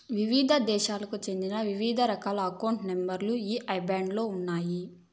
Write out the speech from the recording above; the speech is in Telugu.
వివిధ దేశాలకు చెందిన వివిధ రకాల అకౌంట్ నెంబర్ లు ఈ ఐబాన్ లో ఉంటాయి